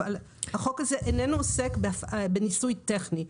החוק הזה איננו עוסק בניסוי טכני.